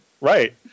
Right